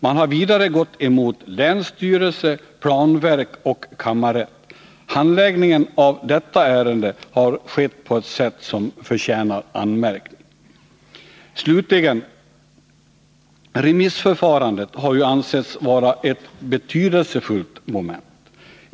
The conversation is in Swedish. Man har vidare gått emot länsstyrelse, planverk och kammarrätt. Handläggningen av detta ärende har skett på ett sätt som förtjänar anmärkning. Slutligen: Remissförfarandet har ju ansetts vara ett betydelsefullt moment.